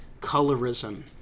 colorism